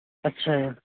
ਅੱਛਾ